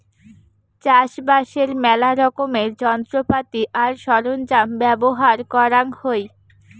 চাষবাসের মেলা রকমের যন্ত্রপাতি আর সরঞ্জাম ব্যবহার করাং হই